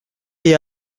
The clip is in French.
est